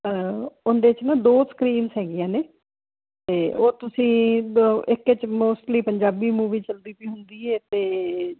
ਉਦੇ ਚ ਨਾ ਦੋ ਸਕਰੀਨਸ ਹੈਗੀਆਂ ਨੇ ਤੇ ਉਹ ਤੁਸੀਂ ਇੱਕ ਮੋਸਟਲੀ ਪੰਜਾਬੀ ਮੂਵੀ ਚਲਦੀ ਵੀ ਹੁੰਦੀ ਹੈ ਤੇ